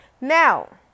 Now